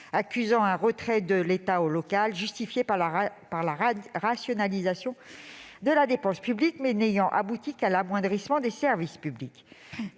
accuse ainsi un retrait au niveau local, retrait justifié par la rationalisation de la dépense publique, mais qui n'a abouti qu'à l'amoindrissement des services publics.